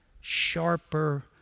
sharper